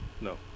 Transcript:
No